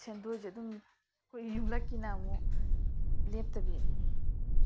ꯁꯦꯟꯗꯣꯏꯁꯦ ꯑꯗꯨꯝ ꯑꯩꯈꯣꯏ ꯌꯨꯝꯂꯛꯀꯤꯅ ꯑꯃꯨꯛ ꯂꯦꯞꯇꯕꯤ